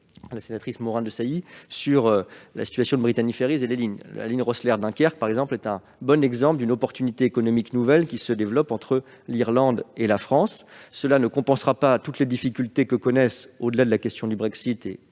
la sénatrice Morin-Desailly sur la situation de Brittany Ferries. La ligne Rosslare-Dunkerque est un bon exemple d'une opportunité économique nouvelle qui se développe entre l'Irlande et la France. Cela ne compensera pas toutes les difficultés que connaissent, au-delà de la question du Brexit et